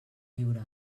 lliure